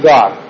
God